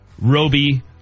Roby